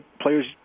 players